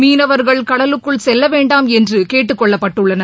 மீனவர்கள் கடலுக்குள் செல்ல வேண்டாம் என்று கேட்டுக்கொள்ளப்பட்டுள்ளனர்